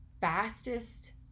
fastest